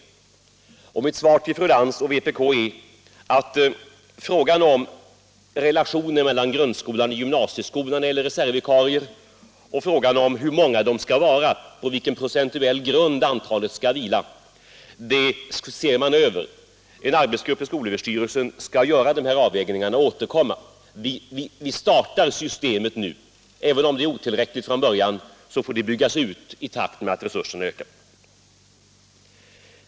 Mitt svar till fru Lantz och vpk är att frågan om relationen mellan grundskolan och gymnasieskolan när det gäller vikarier och frågan om hur många de skall vara, på vilken procentuell grund antalet skall vila, håller på att ses över. En arbetsgrupp vid skolöverstyrelsen skall göra denna avvägning och återkomma. Vi startar systemet nu även om det är otillräckligt; det får då byggas ut i takt med att resurserna ökar.